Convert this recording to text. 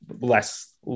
less